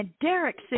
Derek